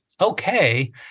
Okay